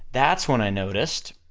that's when i noticed